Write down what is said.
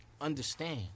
Understand